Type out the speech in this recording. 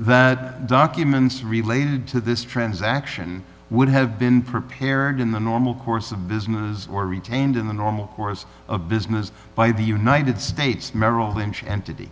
that documents related to this transaction would have been prepared in the normal course of business or retained in the normal course of business by the united states merrill lynch entity